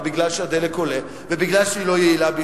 בגלל שמחיר הדלק עולה ובגלל שהיא לא יעילה.